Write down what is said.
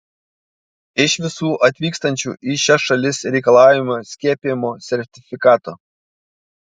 iš visų atvykstančių į šias šalis reikalaujama skiepijimo sertifikato